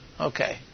Okay